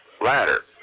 ladder